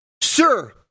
sir